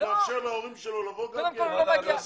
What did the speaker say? ונאפשר להורים שלו לבוא גם כן?